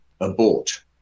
abort